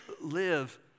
live